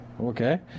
Okay